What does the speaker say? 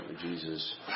Jesus